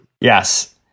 Yes